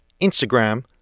Instagram